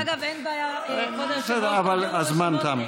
בסדר, אבל הזמן תם.